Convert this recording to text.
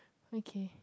okay